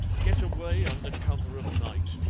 get away under cover of night,